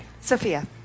Sophia